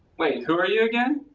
wait, who are you again?